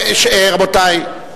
רבותי,